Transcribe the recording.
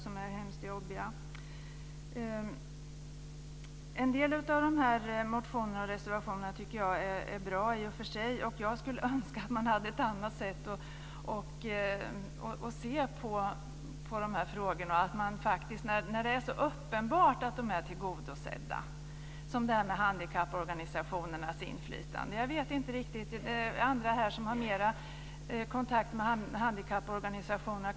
Jag tycker att en del av motionerna och reservationerna i och för sig är bra. Jag skulle önska att man såg på de här frågorna på ett annat sätt när det är så uppenbart att de är tillgodosedda. Det gäller bl.a. Andra ledamöter har kanske större direktkontakt med handikapporganisationerna.